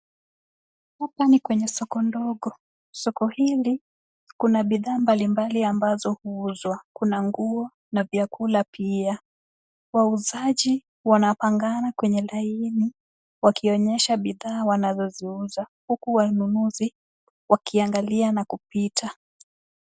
Hapa ni kwenye soko ndogo. Soko hili kuna bidhaa mbali mbali ambazo huuzwa, kuna nguo na vyakula pia. Wauzaji wanapangana kwenye laini, wakionyesha bidhaa wanazoziuza, huku wanunuzi wakiangalia na kupita.